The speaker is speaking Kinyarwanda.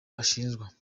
ashinjwa